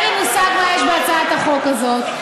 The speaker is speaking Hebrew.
אין לי מושג מה יש בהצעת החוק הזאת.